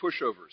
pushovers